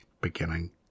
beginning